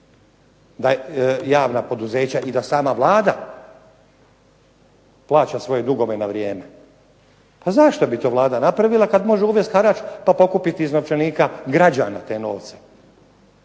da javna poduzeća i da sama Vlada plaća svoje dugove na vrijeme. Pa zašto bi to Vlada napravila kad može uvesti harač pa pokupiti iz novčanika građana te novce.